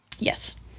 Yes